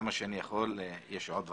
כמה שאני יכול אבל יש עוד ועדות.